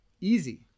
easy